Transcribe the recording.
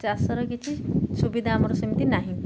ଚାଷର କିଛି ସୁବିଧା ଆମର ସେମିତି ନାହିଁ